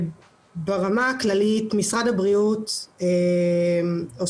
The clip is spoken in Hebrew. ברמה הכללית משרד הבריאות עוסק